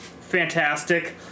Fantastic